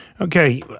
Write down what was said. Okay